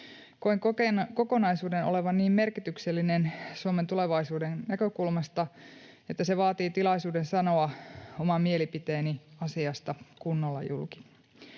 Koen kokonaisuuden olevan niin merkityksellinen Suomen tulevaisuuden näkökulmasta, että se vaatii tilaisuuden sanoa oma mielipiteeni asiasta kunnolla julki.